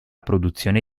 produzione